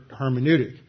hermeneutic